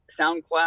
SoundCloud